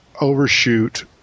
overshoot